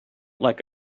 like